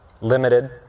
limited